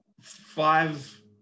five